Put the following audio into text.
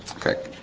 okay,